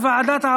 81 חברי כנסת